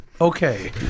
okay